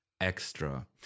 extra